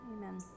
Amen